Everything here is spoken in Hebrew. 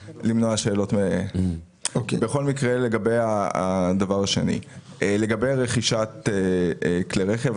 בכל מקרה, לגבי רכישת כלי רכב.